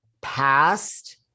Past